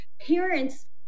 Parents